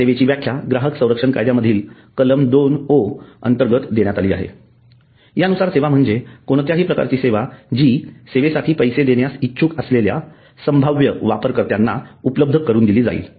सेवेची व्याख्या ग्राहक संरक्षण कायद्यामधील कलम 2 अंतर्गत देण्यात आली आहे यानुसार सेवा म्हणजे कोणत्याही प्रकारची सेवा जी सेवेसाठी पैसे देण्यास इच्छुक असलेल्या संभाव्य वापरकर्त्यांना उपलब्ध करून दिली जाते